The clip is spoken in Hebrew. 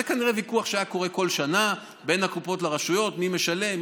זה כנראה ויכוח שהיה קורה כל שנה בין הקופות לרשויות: מי משלם?